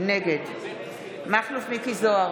נגד מכלוף מיקי זוהר,